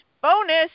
bonus